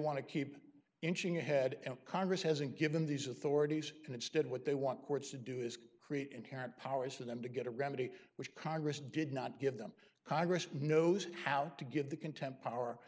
want to keep inching ahead and congress hasn't given these authorities and instead what they want courts to do is create inherent powers for them to get a remedy which congress did not give them congress knows how to give the contempt hour